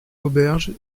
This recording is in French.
auberges